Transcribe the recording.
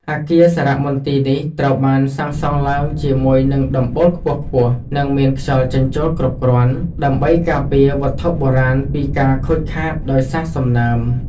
អគារសារមន្ទីរនេះត្រូវបានសាងសង់ឡើងជាមួយនឹងដំបូលខ្ពស់ៗ និងមានខ្យល់ចេញចូលគ្រប់គ្រាន់ ដើម្បីការពារវត្ថុបុរាណពីការខូចខាតដោយសារសំណើម។